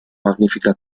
magnífica